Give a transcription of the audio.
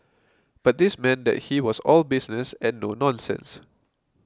but this meant that he was all business and no nonsense